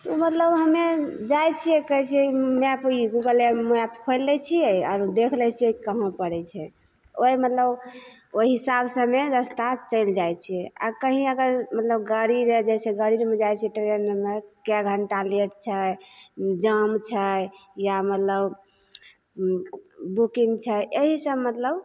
ओ मतलब हमे जाइ छिए कहै छिए मैप या गूगल मैप खोलि लै छिए आओर देखि लै छिए कहाँ पड़ै छै ओहि मतलब ओहि हिसाबसे हमे रस्ता चलि जाइ छिए आओर कहीँ अगर मतलब गाड़ी रहि जाइ छै गाड़ी जुगुन जाइ छिए तऽ ट्रेनमे कै घण्टा लेट छै जाम छै या मतलब बुकिन्ग छै एहिसब मतलब